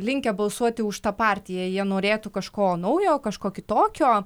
linkę balsuoti už tą partiją jie norėtų kažko naujo kažko kitokio